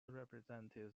represented